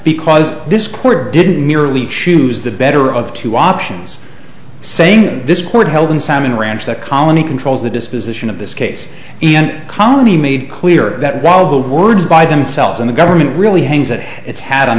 because this court didn't merely choose the better of two options saying this court held in salmon ranch that colony controls the disposition of this case and colony made clear that while the words by themselves and the government really hangs that it's had on